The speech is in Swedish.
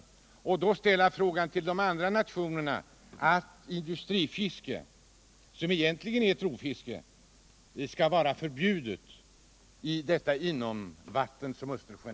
Stoppas detta rovfiske kan kravet ställas på de andra Östersjönationerna: Industrifiske, som egentligen är ett rovfiske, skall vara förbjudet i Östersjön.